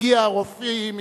הגיעו הרופאים,